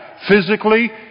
Physically